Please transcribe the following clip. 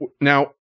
Now